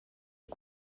est